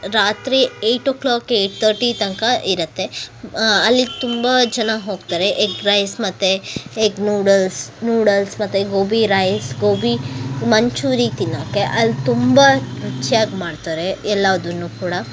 ರಾತ್ರಿ eight o'clock eight thirty ತನಕ ಇರುತ್ತೆ ಅಲ್ಲಿಗೆ ತುಂಬ ಜನ ಹೋಗ್ತಾರೆ ಎಗ್ ರೈಸ್ ಮತ್ತು ಎಗ್ ನೂಡಲ್ಸ್ ನೂಡಲ್ಸ್ ಮತ್ತು ಗೋಬಿ ರೈಸ್ ಗೋಬಿ ಮಂಚೂರಿ ತಿನ್ನೋಕ್ಕೆ ಅಲ್ಲಿ ತುಂಬ ರುಚ್ಯಾಗಿ ಮಾಡ್ತಾರೆ ಎಲ್ಲದನ್ನೂ ಕೂಡ